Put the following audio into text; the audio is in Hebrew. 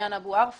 עניין אבו ערפה.